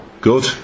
Good